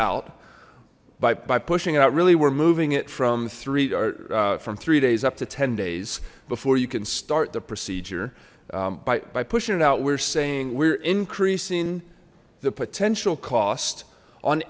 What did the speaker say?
out by pushing it out really we're moving it from three are from three days up to ten days before you can start the procedure by pushing it out we're saying we're increasing the potential cost on